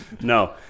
No